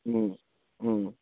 হুম হুম